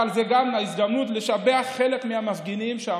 אבל זו גם הזדמנות לשבח חלק מהמפגינים, שאמרו: